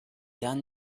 done